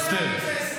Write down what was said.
לצינוק.